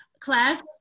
class